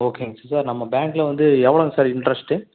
ஓகேங்க சார் நம்ம பேங்க்கில் வந்து எவ்வளோங் சார் இன்ட்ரஸ்ட்டு